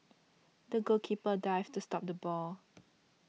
the goalkeeper dived to stop the ball